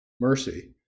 mercy